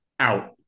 out